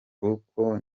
kuko